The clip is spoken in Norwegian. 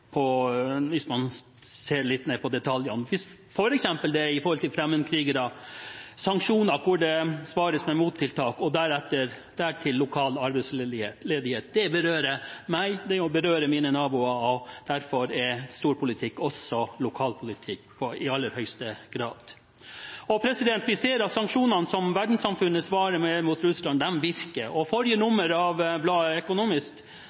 nabopolitikk, hvis man ser litt mer på detaljene, f.eks. når det gjelder fremmedkrigere, sanksjoner hvor det svares med mottiltak, og dertil lokal arbeidsledighet. Det berører meg, det må berøre mine naboer, og derfor er storpolitikk i aller høyeste grad også lokalpolitikk. Vi ser at sanksjonene som verdenssamfunnet svarer med mot Russland, virker. Forrige nummer av bladet The Economist hadde et bilde på sin forside av den russiske bjørn med blodspor etter seg og